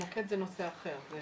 המוקד זה נושא אחר.